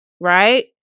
right